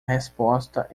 resposta